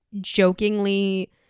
jokingly